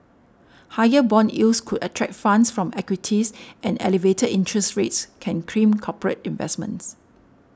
higher bond yields could attract funds from equities and elevated interest rates can crimp corporate investments